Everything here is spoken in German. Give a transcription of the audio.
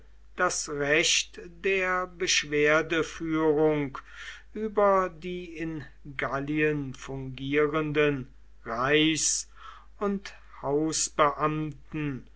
das recht der beschwerdeführung über die in gallien fungierenden reichs und